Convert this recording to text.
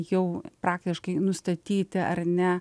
jau praktiškai nustatyti ar ne